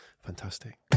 Fantastic